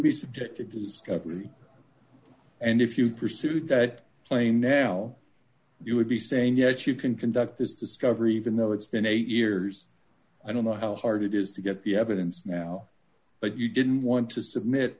be subject to discovery and if you pursued that claim now you would be saying yes you can conduct this discovery even though it's been eight years i don't know how hard it is to get the evidence now but you didn't want to submit